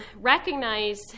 recognize